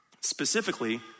specifically